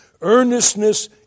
Earnestness